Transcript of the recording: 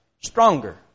Stronger